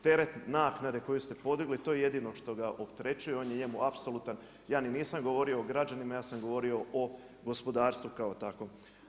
Teret naknade koju ste podigli, to je jedino što ga opterećuje, on je njemu apsolutan, ja ni nisam govorimo o građanima, ja sam govorio o gospodarstvu kao takvom.